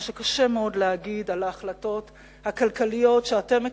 מה שקשה מאוד להגיד על ההחלטות הכלכליות שאתם מקבלים,